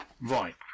Right